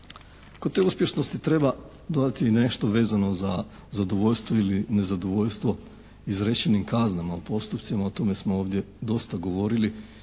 Kod te uspješnosti treba dodati i nešto vezano za zadovoljstvo ili nezadovoljstvo izrečenim kaznama u postupcima. O tome smo ovdje dosta govorili